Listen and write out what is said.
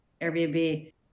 Airbnb